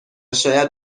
شاید